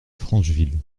francheville